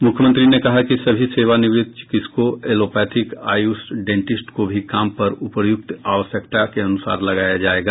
मुख्यमंत्री ने कहा कि सभी सेवानिवृत्त चिकित्सकों एलोपैथिक आयुष डेंटिस्ट को भी काम पर उपर्युक्त आवश्यकता के अनुसार लगाया जाएगा